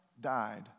died